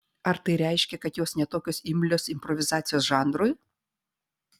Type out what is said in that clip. ar tai reiškia kad jos ne tokios imlios improvizacijos žanrui